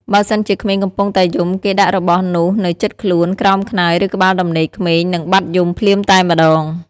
បើសិនជាក្មេងកំពុងតែយំគេដាក់របស់នោះនៅជិតខ្លួន ក្រោមខ្នើយ ឬក្បាលដំណេកក្មេងនឹងបាត់យំភ្លាមតែម្តង។